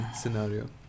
scenario